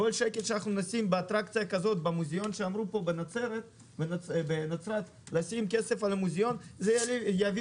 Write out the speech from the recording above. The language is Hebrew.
כל שקל שנשים באטרקציה כמו המוזאון בנצרת זה יביא